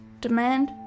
demand